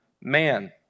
man